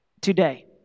today